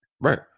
Right